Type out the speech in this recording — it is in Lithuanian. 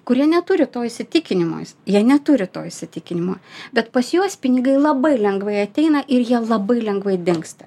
kurie neturi to įsitikinimo jie neturi to įsitikinimo bet pas juos pinigai labai lengvai ateina ir jie labai lengvai dingsta